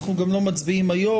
אנחנו גם לא מצביעים היום.